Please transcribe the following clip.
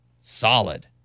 Solid